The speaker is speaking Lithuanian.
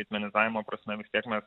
administravimo prasme vis tiek mes